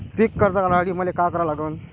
पिक कर्ज काढासाठी मले का करा लागन?